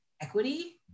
equity